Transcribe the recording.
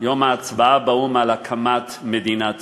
יום ההצבעה באו"ם על הקמת מדינת ישראל.